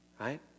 Right